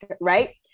right